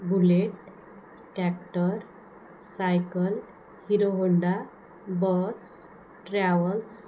bullet tractor cycle Hero Honda bus travels